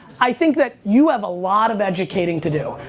i think that you have a lot of educating to do.